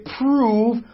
prove